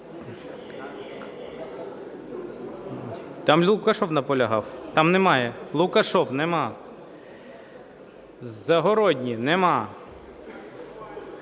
Там Лукашев наполягав. Там немає. Лукашев. Нема. Загородній. Нема.